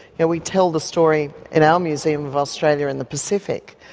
yeah we tell the story in our museum of australia and the pacific,